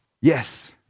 Yes